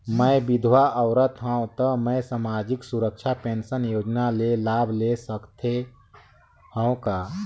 मैं विधवा औरत हवं त मै समाजिक सुरक्षा पेंशन योजना ले लाभ ले सकथे हव का?